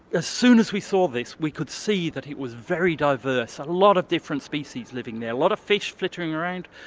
as soon as we saw this, we could see that it was very diverse, a lot of different species living there, a lot of fish flittering around,